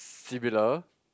similar